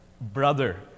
brother